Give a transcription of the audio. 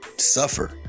suffer